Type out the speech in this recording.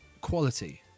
quality